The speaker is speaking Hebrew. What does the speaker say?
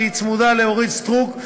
שצמודה להצעת אורית סטרוק.